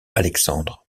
alexandre